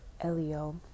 Elio